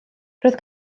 roedd